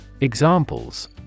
Examples